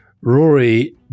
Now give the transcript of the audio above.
Rory